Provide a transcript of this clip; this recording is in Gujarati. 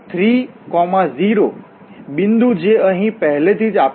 તેથી 3 0 બિંદુ જે અહીં પહેલેથી જ આપેલ છે